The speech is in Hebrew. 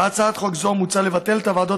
בהצעת חוק זו מוצע לבטל את הוועדות